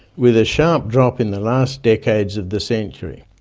with a sharp drop in the last decades of the century.